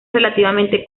relativamente